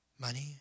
money